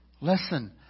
Listen